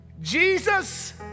Jesus